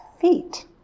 feet